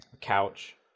couch